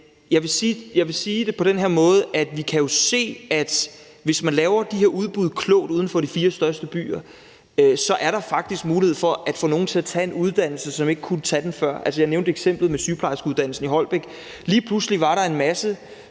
jeg vil sige det på den måde, at vi jo kan se, at hvis man laver de her udbud klogt uden for de fire største byer, så er der faktisk mulighed for at få nogle til at tage en uddannelse, som ikke kunne tage den før. Altså, jeg nævnte eksemplet med sygeplejerskeuddannelsen i Holbæk. Lige pludselig var der en masse,